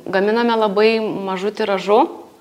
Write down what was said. gaminame labai mažu tiražu